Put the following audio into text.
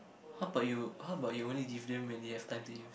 how about you how about you only give them when they have time to use